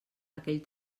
aquell